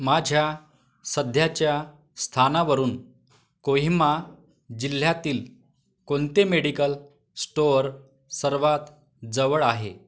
माझ्या सध्याच्या स्थानावरून कोहिमा जिल्ह्यातील कोणते मेडिकल स्टोअर सर्वात जवळ आहे